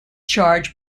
charge